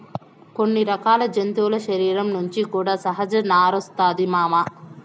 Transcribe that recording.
కొన్ని రకాల జంతువుల శరీరం నుంచి కూడా సహజ నారొస్తాది మామ